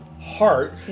heart